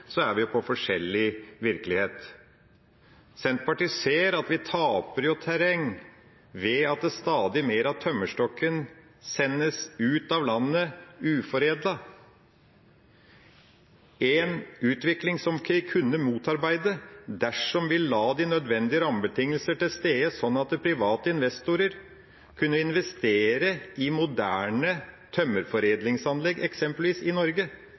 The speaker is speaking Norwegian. så lever vi i hver vår virkelighet. Senterpartiet ser at vi taper terreng ved at stadig mer av tømmerstokken sendes ut av landet uforedlet ‒ en utvikling som vi kunne motarbeide dersom vi la de nødvendige rammebetingelser til grunn slik at private investorer kunne investere i moderne tømmerforedlingsanlegg, eksempelvis i Norge.